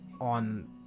on